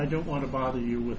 i don't want to bother you